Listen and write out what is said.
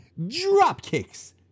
dropkicks